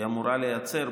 והיא אמורה להיעצר,